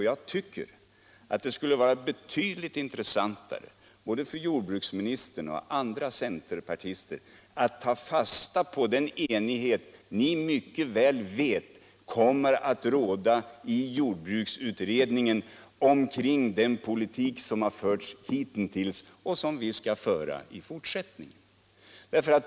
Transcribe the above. Jag tycker att det skulle vara betydligt intressantare för både jordbruksministern och andra centerpartister att ta fasta på den enighet som ni mycket väl vet kommer att råda i jordbruksutredningen omkring den politik som har förts hitintills och som vi skall föra i fortsättningen.